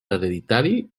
hereditari